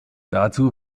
dazu